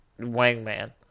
Wangman